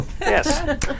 Yes